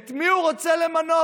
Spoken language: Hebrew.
את מי הוא רוצה למנות